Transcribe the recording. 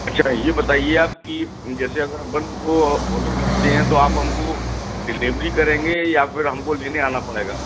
अच्छा ये बताइए आप कि जैसे अगर अपन को ओडर करते हैं तो आप हम को डिलेवरी करेंगे या फिर हम को लेने आना पड़ेगा